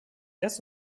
erste